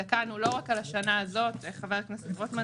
הסתכלנו לא רק על השנה הזאת חבר הכנסת רוטמן,